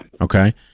Okay